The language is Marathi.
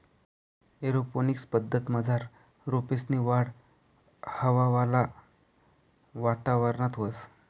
एअरोपोनिक्स पद्धतमझार रोपेसनी वाढ हवावाला वातावरणात व्हस